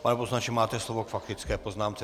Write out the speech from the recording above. Pane poslanče, máte slovo k faktické poznámce.